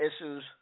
issues